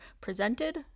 presented